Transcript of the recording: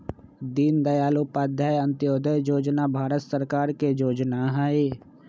दीनदयाल उपाध्याय अंत्योदय जोजना भारत सरकार के जोजना हइ